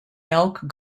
elk